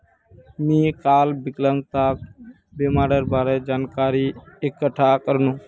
मी काल विकलांगता बीमार बारे जानकारी इकठ्ठा करनु